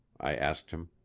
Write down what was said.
i asked him.